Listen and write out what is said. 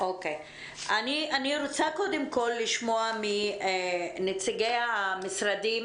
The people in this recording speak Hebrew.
אני רוצה לשמוע קודם כל מנציגי המשרדים.